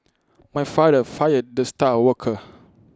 my father fired the star worker